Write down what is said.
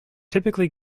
typically